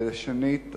שנית,